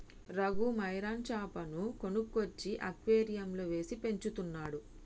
Raghu marine చాపను కొనుక్కొచ్చి అక్వేరియంలో వేసి పెంచుతున్నాడు